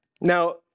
Now